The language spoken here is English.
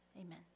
Amen